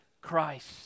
Christ